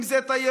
אם זה תיירות,